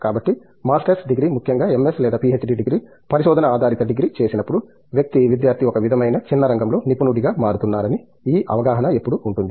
కాబట్టి masters degree ముఖ్యంగా MS లేదా పిహెచ్డి డిగ్రీ పరిశోధన ఆధారిత డిగ్రీ చేసినప్పుడు వ్యక్తి విద్యార్థి ఒక విధమైన చిన్న రంగంలో నిపుణుడిగా మారుతున్నారని ఈ అవగాహన ఎప్పుడూ ఉంటుంది